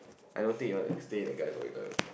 I don't think you want to stay a guy in the toilet